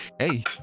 hey